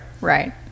right